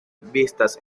vistas